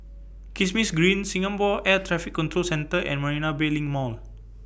Kismis Green Singapore Air Traffic Control Centre and Marina Bay LINK Mall